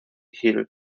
hill